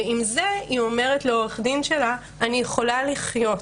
היא אומרת לעורך הדין שלה: עם זה אני יכולה לחיות,